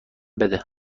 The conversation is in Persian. بده